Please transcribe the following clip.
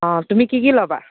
অ' তুমি কি কি ল'বা